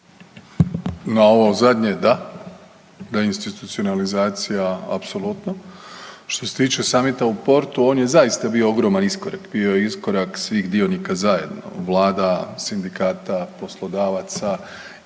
Na ovo zadnje da, da institucionalizacija apsolutno. Što se tiče samita u Portu, on je zaista bio ogroman iskorak, bio je iskorak svih dionika zajedno, vlada, sindikata, poslodavaca i pitanje